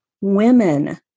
women